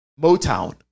Motown